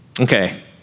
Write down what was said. Okay